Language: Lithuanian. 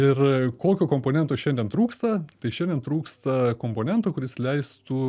ir kokio komponento šiandien trūksta tai šiandien trūksta komponento kuris leistų